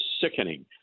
sickening